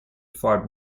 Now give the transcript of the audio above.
fared